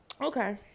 okay